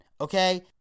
okay